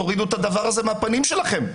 תורידו את הדבר הזה מהפנים שלכם.